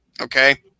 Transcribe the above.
Okay